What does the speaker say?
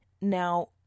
Now